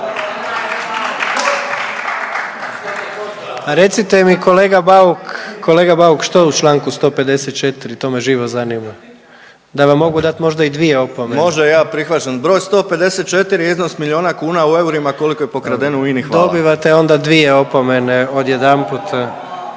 recite mi kolega Bauk što je u čl. 154. to me živo zanima? Da vam mogu dat možda i dvije opomene. **Bauk, Arsen (SDP)** Može ja prihvaćam. Broj 154 je iznos milijuna kuna u eurima koliko je pokradeno u Ini. Hvala. **Jandroković, Gordan